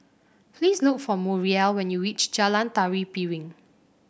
please look for Muriel when you reach Jalan Tari Piring